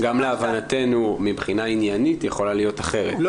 גם להבנתנו מבחינה עניינית יכולה להיות אחרת,